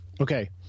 okay